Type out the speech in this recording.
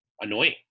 annoying